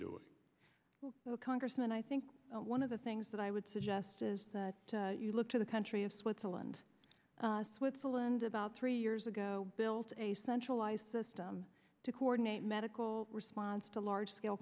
doing congressman i think one of the things that i would suggest is that you look to the country of switzerland switzerland about three years ago built a centralized system to coordinate medical response to large scale